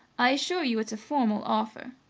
i assure you it's a formal offer.